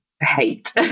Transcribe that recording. hate